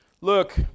look